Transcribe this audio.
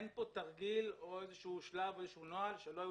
אין פה תרגיל או איזשהו שלב או איזשהו נוהל שלא היו